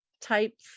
type